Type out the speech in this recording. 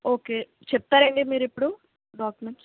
okay చెప్తారండి మీరిప్పుడు documents